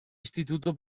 istituto